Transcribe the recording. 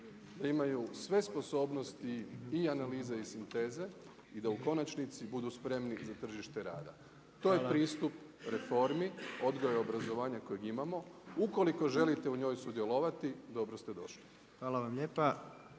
da imaju sve sposobnosti i analize i sinteze i da u konačnici budu spremni za tržište rada. To je pristup reformi odgoja i obrazovanja kojeg imamo. Ukoliko želite u njoj sudjelovati dobro ste došli. **Jandroković,